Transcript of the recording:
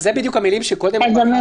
אלה בדיוק המילים שקודם --- לדעתי,